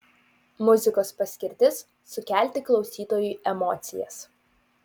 muzikos paskirtis sukelti klausytojui emocijas